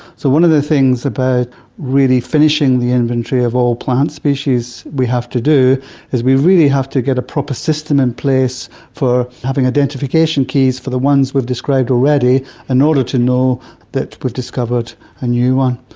so one of the things about really finishing the inventory of all plant species we have to do is we really have to get a proper system in place for having identification keys for the ones we've described already in order to know that we've discovered a new one.